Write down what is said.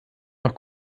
noch